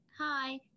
hi